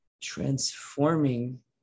transforming